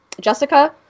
Jessica